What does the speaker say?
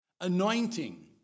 anointing